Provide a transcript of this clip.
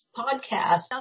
podcast